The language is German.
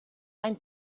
ein